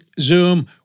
Zoom